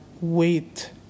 wait